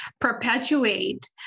perpetuate